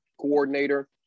coordinator